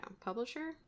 Publisher